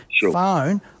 phone